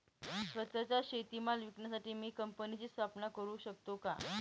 स्वत:चा शेतीमाल विकण्यासाठी मी कंपनीची स्थापना करु शकतो का?